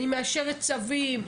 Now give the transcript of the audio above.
אני מאשרת צווים,